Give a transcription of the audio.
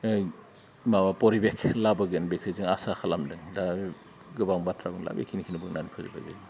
माबा परिबेख लाबोगोन बेखौ जों आसा खालामदों दा गोबां बाथ्रा बुंला बेखिनिखौनो बुंनानै फोजोबबाय